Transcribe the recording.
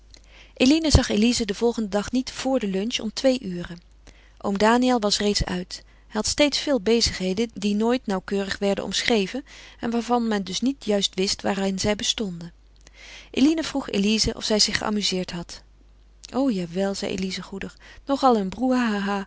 eline zag elize den volgenden dag niet vor het lunch om twee uren oom daniël was reeds uit hij had steeds veel bezigheden die nooit nauwkeurig werden omschreven en waarvan men dus niet juist wist waarin zij bestonden eline vroeg elize of zij zich geamuseerd had o jawel zeide elize goedig nog al een brouhaha